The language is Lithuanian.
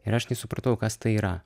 ir aš nesupratau kas tai yra